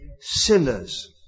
sinners